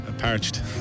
parched